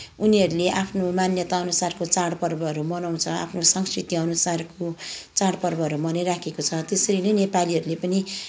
उनीहरूले आफ्नो मान्यताअनुसारको चाडपर्वहरू मनाउँछ आफ्नो संस्कृतिअनुसारको चाडपर्वहरू मनाइरहेको छ त्यसैले नेपालीहरूले पनि